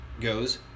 goes